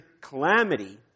calamity